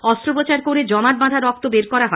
অস্ত্রোপচার করে জমাট বাঁধা রক্ত বের করা হয়